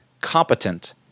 competent